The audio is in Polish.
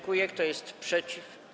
Kto jest przeciw?